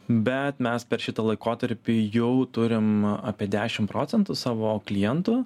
bet mes per šitą laikotarpį jau turim apie dešim procentų savo klientų